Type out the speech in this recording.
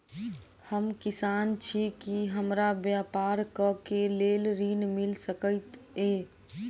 हम किसान छी की हमरा ब्यपार करऽ केँ लेल ऋण मिल सकैत ये?